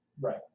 Right